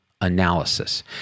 analysis